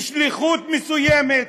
לשליחות מסוימת.